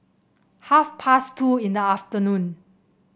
half past two in the afternoon